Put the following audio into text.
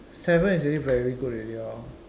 seven is already very good already lor